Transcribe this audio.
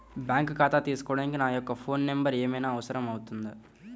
Bank ఖాతా తీసుకోవడానికి నా యొక్క ఫోన్ నెంబర్ ఏమైనా అవసరం అవుతుందా?